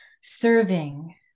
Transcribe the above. serving